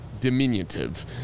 diminutive